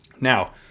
Now